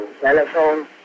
telephone